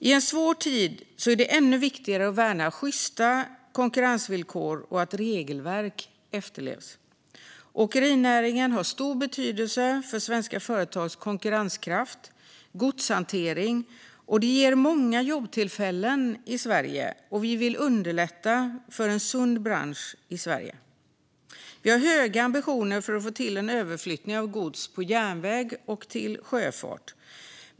I en svår tid är det ännu viktigare att värna sjysta konkurrensvillkor och att regelverk efterlevs. Åkerinäringen har stor betydelse för svenska företags konkurrenskraft och godshantering, och den ger många jobbtillfällen i Sverige. Vi vill underlätta för en sund bransch i Sverige. Vi har höga ambitioner för att få till en överflyttning av gods till järnväg och sjöfart.